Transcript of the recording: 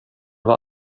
var